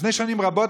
לפני שנים רבות,